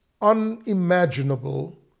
unimaginable